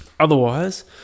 Otherwise